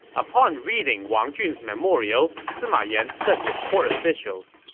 upon reading wang jun's memorial, sima yan said to his court officials,